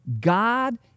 God